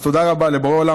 אז תודה רבה לבורא עולם.